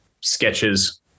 sketches